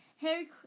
Harry